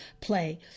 play